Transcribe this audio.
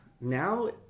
Now